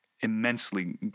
immensely